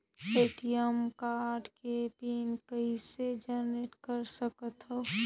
ATM card के pin कइसे generate कर सकथव?